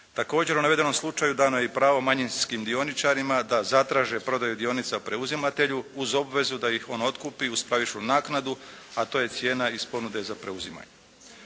Također u navedenom slučaju dano je i pravo manjinskim dioničarima da zatraže prodaju dionica preuzimatelju uz obvezu da ih on otkupi uz pravičnu naknadu a to je cijena iz ponude za preuzimanje.